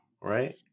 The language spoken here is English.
right